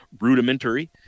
rudimentary